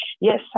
Yes